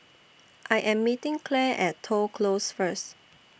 I Am meeting Clare At Toh Close First